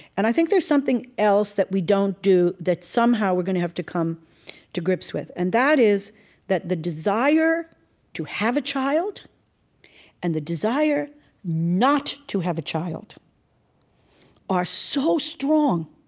and i think there's something else that we don't do that somehow we're going to have to come to grips with. and that is that the desire to have a child and the desire not to have a child are so strong,